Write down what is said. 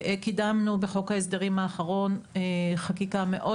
קידמנו בחוק ההסדרים האחרון חקיקה מאוד